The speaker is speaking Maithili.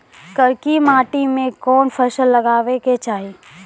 करकी माटी मे कोन फ़सल लगाबै के चाही?